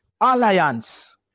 alliance